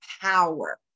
power